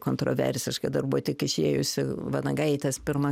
kontroversiška dar buvo tik išėjusi vanagaitės pirma